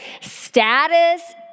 status